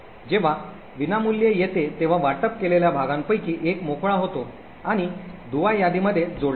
जेव्हा विनामूल्य येते तेव्हा वाटप केलेल्या भागांपैकी एक मोकळा होतो आणि दुवा यादीमध्ये जोडला जातो